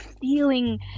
feeling